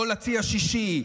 כל הצי השישי,